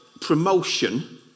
promotion